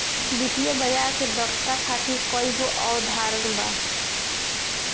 वित्तीय बाजार के दक्षता खातिर कईगो अवधारणा बा